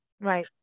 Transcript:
Right